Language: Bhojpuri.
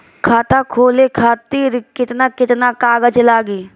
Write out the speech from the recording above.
खाता खोले खातिर केतना केतना कागज लागी?